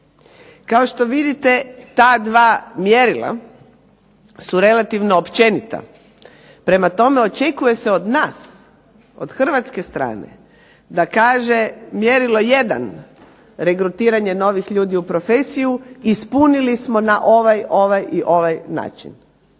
Kao što vidite, ta dva mjerila su relativno općenita. Prema tome očekuje se od nas, od hrvatske strane da kaže mjerilo jedan regrutiranje novih ljudi u profesiju ispunili smo na ovaj, ovaj i ovaj način.